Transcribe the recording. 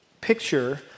picture